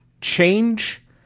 change